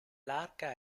larga